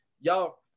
y'all